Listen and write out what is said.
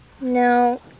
No